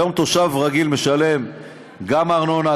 היום תושב רגיל משלם גם ארנונה,